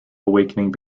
awakening